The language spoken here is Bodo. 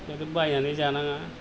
जाहाथे बायनानै जानाङा